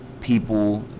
people